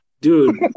dude